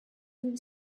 ulls